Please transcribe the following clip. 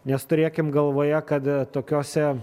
nes turėkim galvoje kad tokiose